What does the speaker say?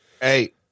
Hey